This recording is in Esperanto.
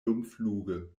dumfluge